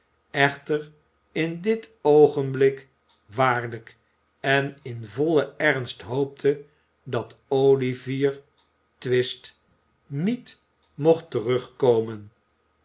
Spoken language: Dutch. echter in dit oogenblik waarlijk en in vollen ernst hoopte dat olivier twist niet mocht terugkomen